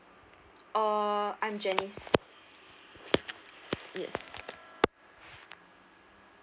uh I'm janice yes